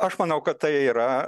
aš manau kad tai yra